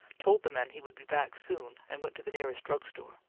told the men he would be back soon, and went to the nearest drug store.